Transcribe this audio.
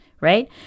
Right